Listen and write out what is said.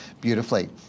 beautifully